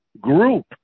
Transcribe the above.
Group